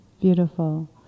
Beautiful